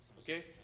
Okay